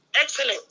excellent